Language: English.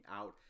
out